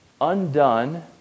undone